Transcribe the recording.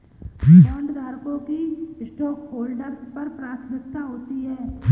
बॉन्डधारकों की स्टॉकहोल्डर्स पर प्राथमिकता होती है